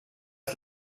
das